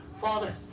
Father